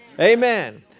Amen